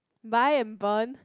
buy and burn